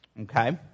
Okay